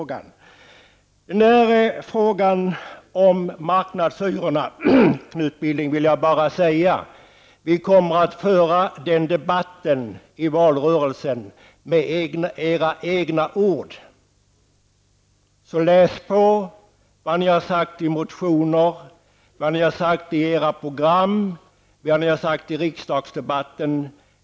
När det gäller frågan om marknadshyrorna, Knut Billing, vill jag bara säga att vi kommer att föra den debatten i valrörelsen med era egna ord. Så läs på vad ni har sagt i motioner, vad ni har sagt i era program och vad ni har sagt i riksdagsdebatten.